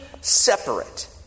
separate